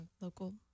local